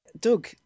doug